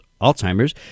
Alzheimer's